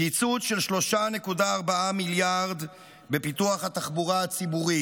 קיצוץ של 3.4 מיליארד בפיתוח התחבורה הציבורית,